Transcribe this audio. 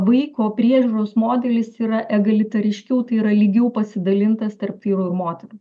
vaiko priežiūros modelis yra egalitariškiau tai yra lygiau pasidalintas tarp vyrų ir moterų